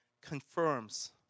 confirms